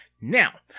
Now